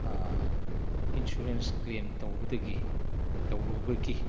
insurance claim ꯇꯧꯕꯗꯒꯤ ꯇꯧꯔꯨꯕꯒꯤ